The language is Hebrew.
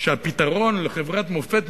שהפתרון לחברת מופת,